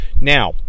Now